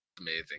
Amazing